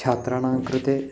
छात्राणां कृते